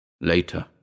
Later